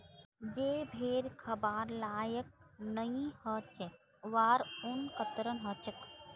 जे भेड़ खबार लायक नई ह छेक वहार ऊन कतरन ह छेक